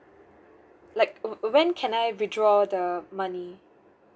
like wh~ when can I withdraw the money